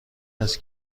است